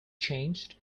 changed